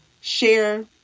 share